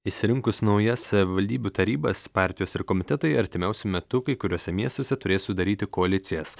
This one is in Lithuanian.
išsirinkus naujas savivaldybių tarybas partijos ir komitetai artimiausiu metu kai kuriuose miestuose turės sudaryti koalicijas